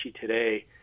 today